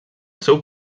seu